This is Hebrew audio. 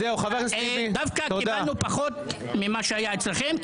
דווקא קיבלנו פחות ממה שהיה אצלכם,